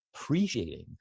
appreciating